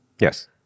yes